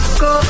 go